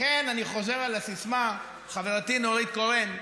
לכן אני חוזר על הסיסמה חברתי נורית קורן,